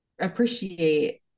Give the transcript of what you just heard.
appreciate